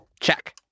Check